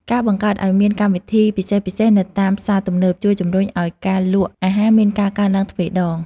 ការបង្កើតឱ្យមានកម្មវិធីពិសេសៗនៅតាមផ្សារទំនើប ជួយជំរុញឱ្យការលក់អាហារមានការកើនឡើងទ្វេដង។